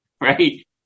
right